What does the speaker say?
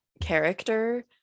character